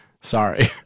Sorry